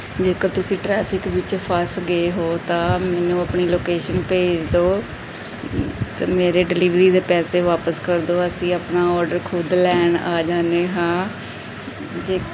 ਜੇਕਰ ਤੁਸੀਂ ਟਰੈਫਿਕ ਵਿੱਚ ਫਸ ਗਏ ਹੋ ਤਾਂ ਮੈਨੂੰ ਆਪਣੀ ਲੋਕੇਸ਼ਨ ਭੇਜ ਦਿਓ ਅਤੇ ਮੇਰੇ ਡਿਲੀਵਰੀ ਦੇ ਪੈਸੇ ਵਾਪਿਸ ਕਰ ਦਿਓ ਅਸੀਂ ਆਪਣਾ ਔਡਰ ਖੁਦ ਲੈਣ ਆ ਜਾਂਦੇ ਹਾਂ ਜੇ